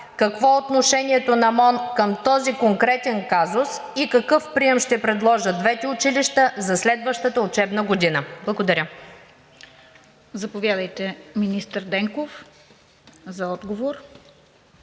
какво е отношението на МОН към този конкретен казус и какъв прием ще предложат двете училища за следващата учебна година? Благодаря. ПРЕДСЕДАТЕЛ РОСИЦА КИРОВА: Заповядайте, министър Денков, за отговор.